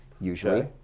usually